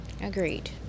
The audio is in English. agreed